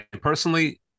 personally